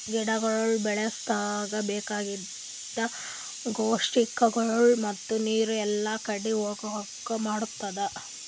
ಗಿಡಗೊಳ್ ಬೆಳಸದ್ರಾಗ್ ಬೇಕಾಗಿದ್ ಪೌಷ್ಟಿಕಗೊಳ್ ಮತ್ತ ನೀರು ಎಲ್ಲಾ ಕಡಿ ಹೋಗಂಗ್ ಮಾಡತ್ತುದ್